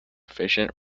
efficient